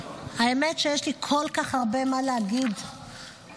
האמת היא שיש לי כל כך הרבה מה להגיד במליאה,